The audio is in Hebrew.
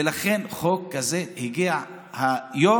ולכן חוק כזה הגיע היום,